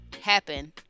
happen